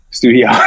studio